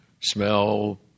smell